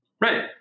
Right